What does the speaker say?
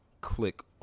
click